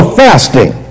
fasting